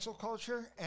culture